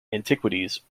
antiquities